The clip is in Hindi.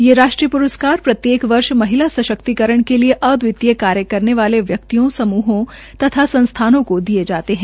ये राष्ट्रीय प्रस्कार प्रत्येक वर्ष महिला सशक्तिकरण के लिए अदवितीय कार्य करने वाले व्यक्तियों समूहों तथा संस्थानों को दिये जाते है